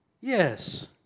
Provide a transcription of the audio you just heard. yes